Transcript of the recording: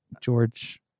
George